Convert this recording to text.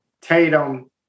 Tatum